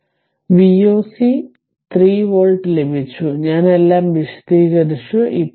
അതിനാൽ Vo c 3 volt ലഭിച്ചു ഞാൻ എല്ലാം വിശദീകരിച്ചു